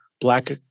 Black